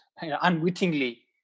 unwittingly